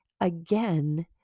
again